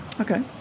Okay